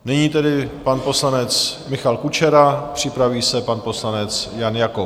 Nyní tedy pan poslanec Michal Kučera, připraví se pan poslanec Jan Jakob.